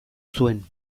zuen